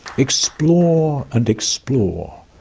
explore, and explore.